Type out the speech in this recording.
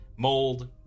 mold